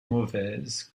mauvaise